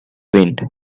wind